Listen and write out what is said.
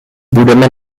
budeme